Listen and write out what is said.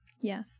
Yes